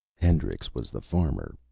hendrix was the farmer,